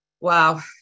wow